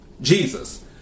Jesus